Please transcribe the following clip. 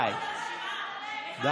עד איזה רמה היא ירדה, אחד כן אחד לא?